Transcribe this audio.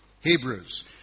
Hebrews